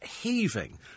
heaving